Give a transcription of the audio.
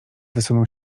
wysunął